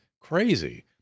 crazy